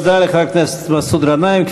תודה לחבר הכנסת מסעוד גנאים.